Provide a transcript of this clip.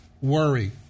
worry